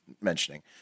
mentioning